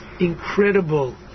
incredible